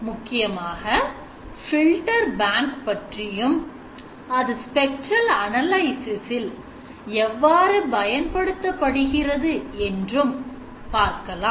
முக்கியமாக filter bank பற்றியும் அது ஸ்பெக்றல் அனலைசிஸ் எவ்வாறு பயன்படுத்தப்படுகிறது என்றும் பார்க்கலாம்